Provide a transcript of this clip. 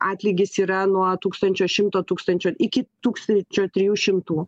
atlygis yra nuo tūkstančio šimto tūkstančio iki tūkstančio trijų šimtų